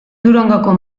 durangoko